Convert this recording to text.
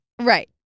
right